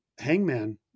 Hangman